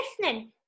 listening